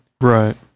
Right